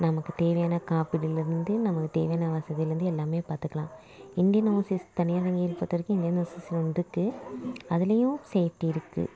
நமக்கு தேவையான காப்பீடில் இருந்து நமக்கு தேவையான வசதியில் இருந்து எல்லாமே பார்த்துக்கலாம் இந்தியன் ஓவர்சீஸ் தனியார் வங்கியை பொறுத்தவரைக்கும் இந்தியன் ஓவர்சீஸ்னு ஒன்று இருக்குது அதிலையும் சேஃப்ட்டி இருக்குது